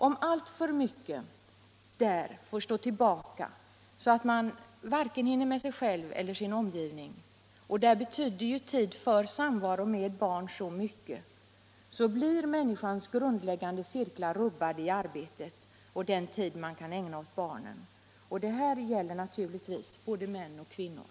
Om alltför mycket där får stå tillbaka, så att man varken hinner med sig själv eller sin omgivning — och där betyder ju tid för samvaro med barn så mycket — blir människans grundläggande cirklar rubbade när det gäller förhållandet mellan tiden för arbetet och den tid map kan ägna åt barnen. Det här gäller naturligtvis både män och kvinnor.